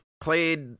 Played